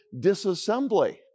disassembly